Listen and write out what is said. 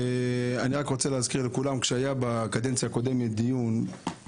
אני רק רוצה להזכיר לכולם שהיה דיון בקדנציה הקודמת נאמר